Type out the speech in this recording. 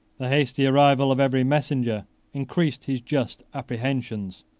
the hasty arrival of every messenger increased his just apprehensions.